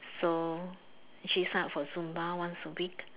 so I actually signed up for Zumba once a week